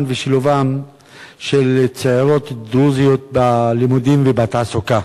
ושילובן של צעירות דרוזיות בלימודים ובתעסוקה,